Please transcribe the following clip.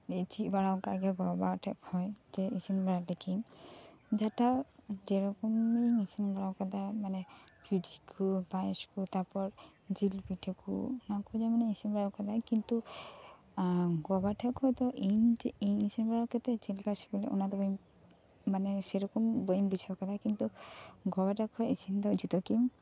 ᱪᱮᱫ ᱵᱟᱲᱟᱣᱟᱠᱟᱜ ᱜᱮᱭᱟ ᱜᱚ ᱵᱟᱵᱟ ᱴᱷᱮᱡ ᱠᱷᱚᱡ ᱡᱮ ᱤᱥᱤᱱ ᱵᱟᱲᱟ ᱞᱟᱹᱜᱤᱫ ᱡᱟᱦᱟᱸᱴᱟᱜ ᱡᱮ ᱨᱚᱠᱚᱢ ᱤᱧᱤᱧ ᱤᱥᱤᱱ ᱵᱟᱲᱟᱣ ᱠᱟᱫᱟ ᱢᱟᱱᱮ ᱥᱩᱡᱤ ᱠᱚ ᱯᱟᱭᱮᱥ ᱠᱚ ᱛᱟ ᱯᱚᱨ ᱡᱤᱞᱯᱤᱴᱷᱟᱹ ᱠᱚ ᱚᱱᱟ ᱠᱚ ᱡᱮᱢᱚᱱᱤᱧ ᱤᱥᱤᱱ ᱵᱟᱲᱟᱣ ᱠᱟᱫᱟ ᱠᱤᱱᱛᱩ ᱜᱚᱼᱵᱟᱵᱟ ᱴᱷᱮᱡ ᱠᱷᱚᱡ ᱫᱚ ᱤᱧ ᱛᱮ ᱤᱧᱤᱧ ᱤᱥᱤᱱ ᱵᱟᱲᱟᱣ ᱠᱟᱛᱮᱫ ᱪᱮᱫ ᱞᱮᱠᱟ ᱥᱤᱵᱤᱞ ᱚᱱᱟ ᱫᱚ ᱵᱟᱹᱧ ᱢᱟᱱᱮ ᱥᱮ ᱨᱚᱠᱚᱢ ᱵᱟᱹᱧ ᱵᱩᱡᱷᱟᱹᱣ ᱟᱠᱟᱫᱟ ᱠᱤᱱᱛᱩ ᱜᱚ ᱵᱟᱵᱟ ᱴᱷᱮᱡ ᱠᱷᱚᱡ ᱤᱥᱤᱱ ᱫᱚ ᱡᱩᱫᱟᱹᱠᱤᱱ